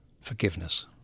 Forgiveness